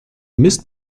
mist